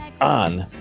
on